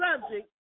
subject